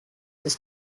was